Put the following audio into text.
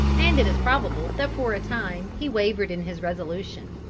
and it is probable that for a time, he wavered in his resolution.